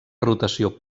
rotació